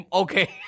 okay